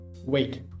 wait